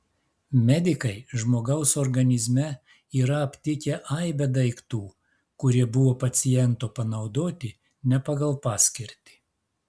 medikai žmogaus organizme yra aptikę aibę daiktų kurie buvo paciento panaudoti ne pagal paskirtį